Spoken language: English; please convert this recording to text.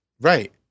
Right